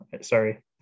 sorry